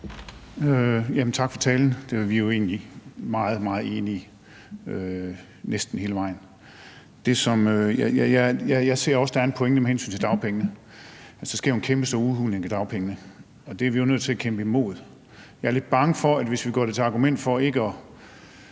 Tak for talen. Vi er jo næsten hele vejen egentlig meget, meget enige. Jeg ser også, at der er en pointe i forhold til det om dagpengene. Der sker jo en kæmpestor udhuling af dagpengene. Det er vi jo nødt til at kæmpe imod. Jeg er lidt bange for, at hvis vi gør det til et argument for ikke at